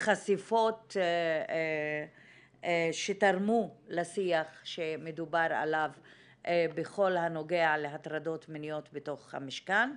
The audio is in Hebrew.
חשיפות שתרמו לשיח שמדובר עליו בכל הנוגע להטרדות מיניות בתוך המשכן.